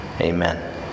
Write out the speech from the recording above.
Amen